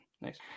nice